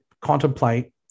contemplate